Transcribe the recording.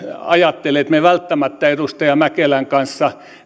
ajattele että me välttämättä edustaja mäkelän kanssa